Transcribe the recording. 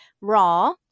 raw